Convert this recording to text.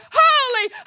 holy